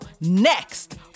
Next